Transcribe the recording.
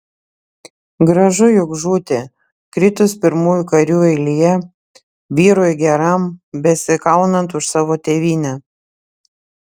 gražu juk žūti kritus pirmųjų karių eilėje vyrui geram besikaunant už savo tėvynę